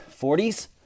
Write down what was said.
40s